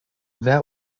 that